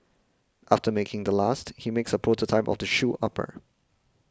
after making the last he makes a prototype of the shoe upper